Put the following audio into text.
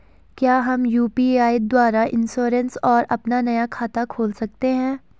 क्या हम यु.पी.आई द्वारा इन्श्योरेंस और अपना नया खाता खोल सकते हैं?